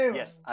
yes